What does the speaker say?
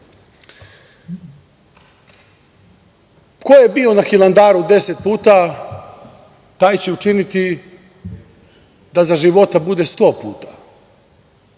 je bio na Hilandaru 10 puta, taj će učiniti da za života bude 100 puta